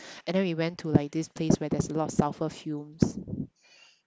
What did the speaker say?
and then we went to like this place where there's a lot of sulphur fumes